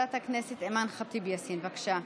אנחנו עוברים כעת להצעת חוק זכויות נפגעי עבירה (תיקון,